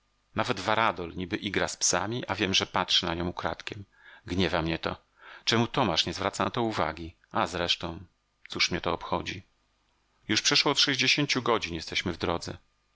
nawet varadol niby igra z psami a wiem że patrzy na nią ukradkiem gniewa mnie to czemu tomasz nie zwraca na to uwagi a zresztą cóż mnie to obchodzi już przeszło od sześćdziesięciu godzin jesteśmy w drodze